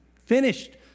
finished